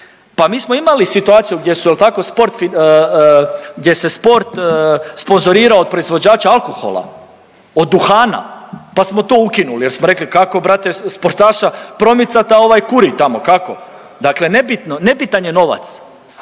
su jel tako sport, gdje se sport sponzorirao od proizvođača alkohola, od duhana, pa smo to ukinuli jer smo rekli kako brate sportaša promicat a ovaj kuri tamo, kako. Dakle, nebitno,